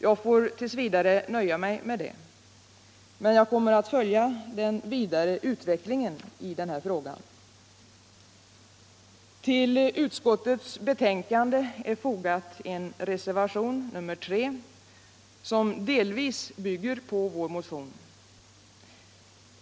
Jag får tills vidare nöja mig med det. Men jag kommer att följa den vidare utveck lingen i denna fråga. Vid utskottets betänkande är fogat en reservation, nr 3, som delvis bygger på vår motion.